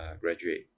graduate